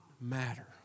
matter